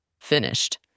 Finished